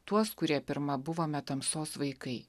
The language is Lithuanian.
tuos kurie pirma buvome tamsos vaikai